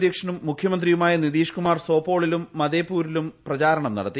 അധ്യക്ഷനും മുഖ്യമന്ത്രിയുമായ നിതീഷ്കുമാർ സോപോളിലും മധേപൂരിലും പ്രചാരണം നടത്തി